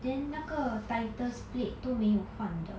then 那个 titles played 都没有换的